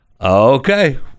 okay